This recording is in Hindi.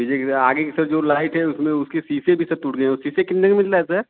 पीछे की सर आगे की सर आगे की जो लाइट है उसमें उसके शीशे अभी तक टूट गए हैं शीशा कितने में मिल रहा है सर